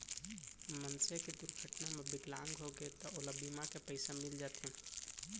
मनसे के दुरघटना म बिकलांग होगे त ओला बीमा के पइसा मिल जाथे